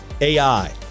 AI